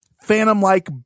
phantom-like